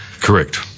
Correct